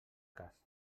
cas